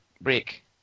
break